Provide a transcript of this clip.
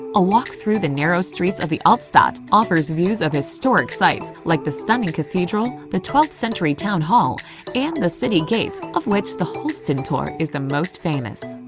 a walk through the narrow streets of the altstadt offers views of historic sites like the stunning cathedral, the twelfth century town hall and the old city gates of which the holstentor is the most famous.